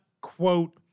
quote